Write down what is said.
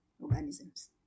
organisms